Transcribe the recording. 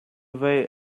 way